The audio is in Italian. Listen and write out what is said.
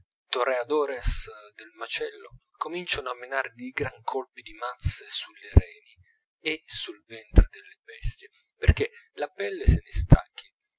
questi toreadores del macello cominciano a menar di gran colpi di mazze sulle reni e sul ventre delle bestie perchè la pelle se